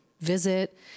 visit